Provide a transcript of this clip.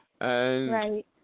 Right